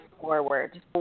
forward